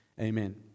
Amen